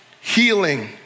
healing